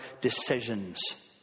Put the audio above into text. decisions